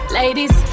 ladies